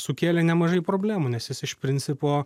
sukėlė nemažai problemų nes jis iš principo